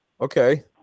Okay